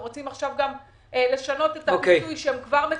ורוצים לשנות את הפיצוי שהם כבר מקבלים.